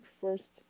first